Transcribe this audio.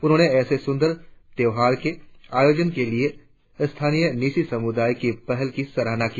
उन्होंने ऐसे सुंदर त्योहार को सांने लाने के लिए स्थानीय न्यीशी समुदाय की पहल की सराहना की